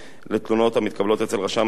לתלונות המתקבלות אצל רשם המתווכים.